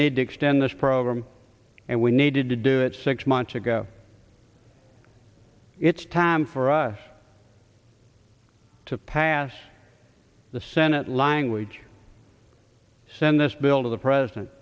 need to extend this program and we needed to do it six months ago it's time for us to pass the senate language send this bill to the president